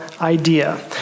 idea